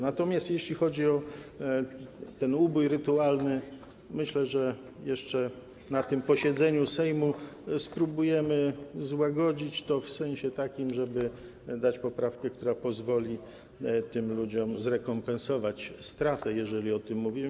Natomiast jeśli chodzi o ubój rytualny, to myślę, że jeszcze na tym posiedzeniu Sejmu spróbujemy złagodzić to w takim sensie, żeby dać poprawkę, która pozwoli tym ludziom zrekompensować straty, jeżeli o tym mówimy.